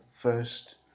first